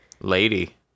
Lady